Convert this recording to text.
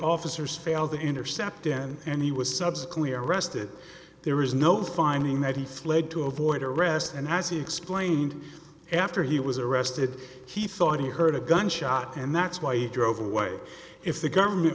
officers failed to intercept then and he was subsequently arrested there is no finding that he fled to avoid arrest and as he explained after he was arrested he thought he heard a gunshot and that's why he drove away if the government